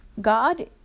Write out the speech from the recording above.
God